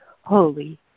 holy